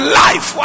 life